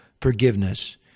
Forgiveness